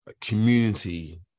community